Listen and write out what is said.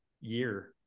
year